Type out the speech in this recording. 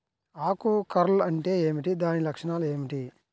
ఆకు కర్ల్ అంటే ఏమిటి? దాని లక్షణాలు ఏమిటి?